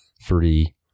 free